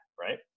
right